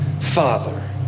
father